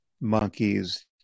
monkeys